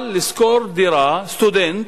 סטודנט,